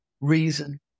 reason